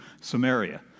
Samaria